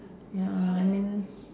ya I mean